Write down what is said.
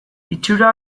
itxura